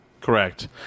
Correct